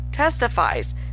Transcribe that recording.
testifies